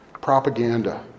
propaganda